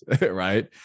right